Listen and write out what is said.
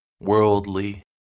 worldly